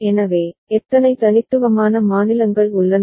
எனவே எத்தனை தனித்துவமான மாநிலங்கள் உள்ளன